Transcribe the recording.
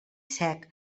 sec